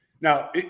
Now